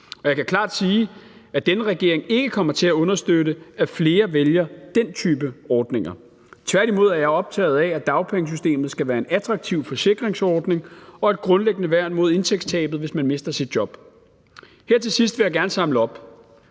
Og jeg kan klart sige, at denne regering ikke kommer til at understøtte, at flere vælger den type ordninger. Tværtimod er jeg optaget af, at dagpengesystemet skal være en attraktiv forsikringsordning og et grundlæggende værn mod indtægtstabet, hvis man mister sit job. Her til sidst vil jeg gerne samle op.